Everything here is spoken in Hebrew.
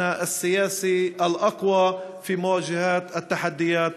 וההשכלה הגבוהה במיוחד,